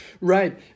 right